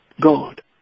God